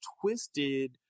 twisted